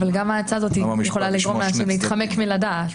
אבל גם ההצעה הזאת יכולה לגרום לאנשים להתחמק מלדעת.